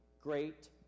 great